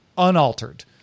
unaltered